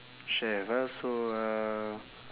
chef ah so uh